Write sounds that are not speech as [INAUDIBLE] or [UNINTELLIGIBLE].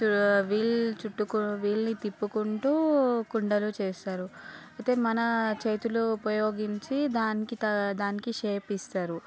వీలు చుట్టు [UNINTELLIGIBLE] వీల్ నీ తిప్పుకుంటూ కుండలు చేస్తారు అయితే మన చేతులు ఉపయోగించి దానికి దానికి షేప్ ఇస్తారు